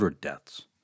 deaths